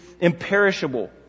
imperishable